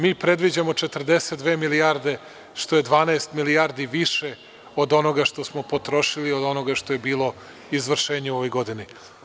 Mi predviđamo 42 milijarde, što je 12 milijardi više od onoga što smo potrošili od onoga što jebilo izvršenje u ovoj godini.